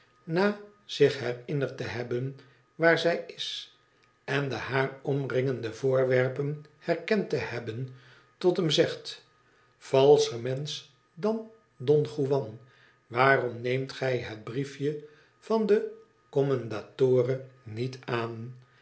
na zich herinnerd te hebben waar zij is en de haar omringende voorwerpen herkend te hebben tot hem zegt yalscher mensch dan don juan waarom neemt gij het briefje van den commendatore niet aan